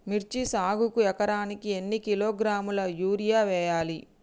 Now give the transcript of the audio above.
మిర్చి సాగుకు ఎకరానికి ఎన్ని కిలోగ్రాముల యూరియా వేయాలి?